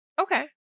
Okay